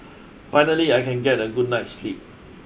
finally I can get a good night's sleep